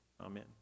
Amen